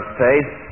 faith